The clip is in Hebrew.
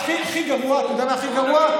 אתה יודע מה הכי גרוע?